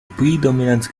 predominant